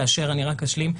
כאשר אני רק אשלים,